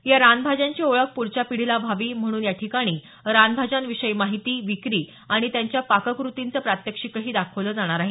या रानभाज्यांची ओळख पुढच्या पिढीला व्हावी म्हणून या ठिकाणी रानभाज्यांविषयी माहिती विक्री आणि त्यांच्या पाककृतींचे प्रत्याक्षिकही दाखविलं जाणार आहे